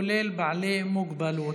כולל בעלי מוגבלות,